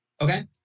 Okay